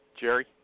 Jerry